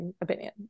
opinion